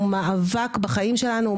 הוא מאבק בחיים שלנו,